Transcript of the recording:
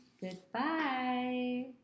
Goodbye